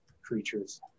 creatures